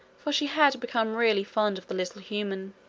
for she had become really fond of the little human.